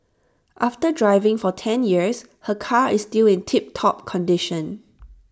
after driving for ten years her car is still in tiptop condition